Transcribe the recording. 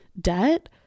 debt